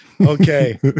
Okay